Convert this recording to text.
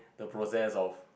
the process of